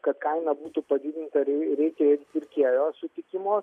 kad kaina būtų padidinta rei reikia ir pirkėjo sutikimo